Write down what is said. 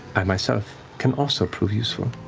i myself can also prove useful.